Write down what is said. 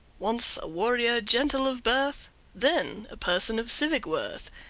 once a warrior gentle of birth then a person of civic worth,